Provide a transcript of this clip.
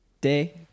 day